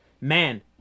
Man